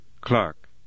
Clark